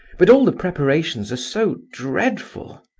but all the preparations are so dreadful.